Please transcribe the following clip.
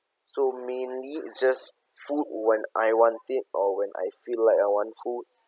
so mainly just food when I wanted or when I feel like I want food